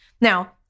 Now